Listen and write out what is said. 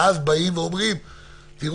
ואם נוציא